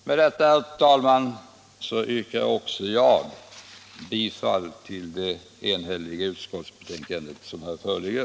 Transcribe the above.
Med detta, herr talman, yrkar också jag bifall till utskottets hemställan i det enhälliga betänkande som här föreligger.